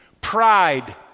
pride